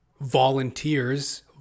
volunteers